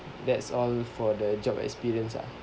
that's all for the job experience ah